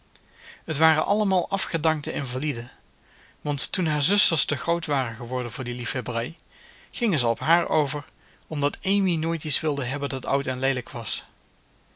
het waren allemaal afgedankte invaliden want toen haar zusters te groot waren geworden voor die liefhebberij gingen ze op haar over omdat amy nooit iets wilde hebben dat oud en leelijk was